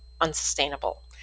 unsustainable